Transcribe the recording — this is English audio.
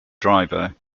driver